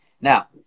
Now